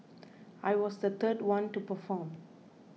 I was the third one to perform